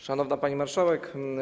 Szanowna Pani Marszałek!